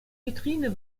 vitrine